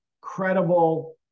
credible